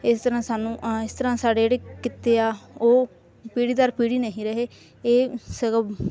ਇਸ ਤਰ੍ਹਾਂ ਸਾਨੂੰ ਇਸ ਤਰ੍ਹਾਂ ਸਾਡੇ ਜਿਹੜੇ ਕਿੱਤੇ ਆ ਉਹ ਪੀੜੀ ਦਰ ਪੀੜੀ ਨਹੀਂ ਰਹੇ ਇਹ ਸਗੋਂ